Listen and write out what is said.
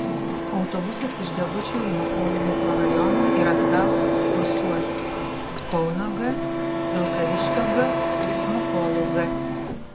autobusas iš degučių į mokolų mikrorajoną ir atgal kursuos kauno g vilkaviškio g mokolų g